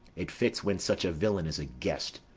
it fits when such a villain is a guest.